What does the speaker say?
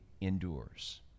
endures